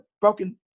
broken